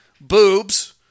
boobs